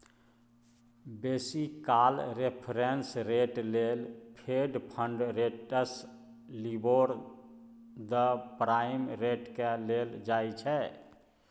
बेसी काल reference rate लेल fed fund rates, LIBOR, the prime रेटकेँ लेल जाइ छै